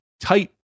tight